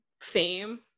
fame